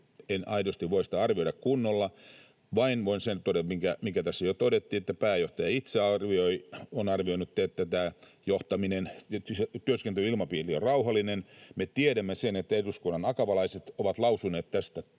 En aidosti voi sitä arvioida kunnolla. Voin vain sen todeta, mikä tässä jo todettiin, että pääjohtaja itse on arvioinut, että tämä työskentelyilmapiiri on rauhallinen. Me tiedämme, että Eduskunnan akavalaiset on lausunut tästä